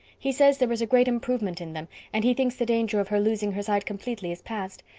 he says there is a great improvement in them and he thinks the danger of her losing her sight completely is past.